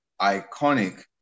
iconic